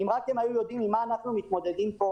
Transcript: אם רק הם היו יודעים עם מה אנחנו מתמודדים פה,